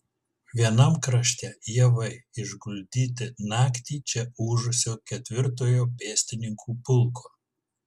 vienam krašte javai išguldyti naktį čia ūžusio ketvirtojo pėstininkų pulko